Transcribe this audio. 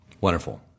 Wonderful